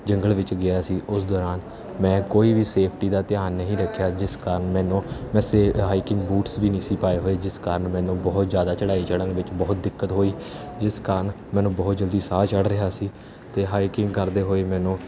ਜੰਗਲ ਵਿੱਚ ਗਿਆ ਸੀ ਉਸ ਦੌਰਾਨ ਮੈਂ ਕੋਈ ਵੀ ਸੇਫਟੀ ਦਾ ਧਿਆਨ ਨਹੀਂ ਰੱਖਿਆ ਜਿਸ ਕਾਰਨ ਮੈਨੂੰ ਮੈਂ ਹਾਈਕਿੰਗ ਬੂਟਸ ਵੀ ਨਹੀਂ ਸੀ ਪਾਏ ਹੋਏ ਜਿਸ ਕਾਰਨ ਮੈਨੂੰ ਬਹੁਤ ਜ਼ਿਆਦਾ ਚੜਾਈ ਚੜ੍ਹਨ ਵਿੱਚ ਬਹੁਤ ਦਿੱਕਤ ਹੋਈ ਜਿਸ ਕਾਰਨ ਮੈਨੂੰ ਬਹੁਤ ਜਲਦੀ ਸਾਹ ਚੜ ਰਿਹਾ ਸੀ ਅਤੇ ਹਾਈਕਿੰਗ ਕਰਦੇ ਹੋਏ ਮੈਨੂੰ